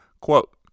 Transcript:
quote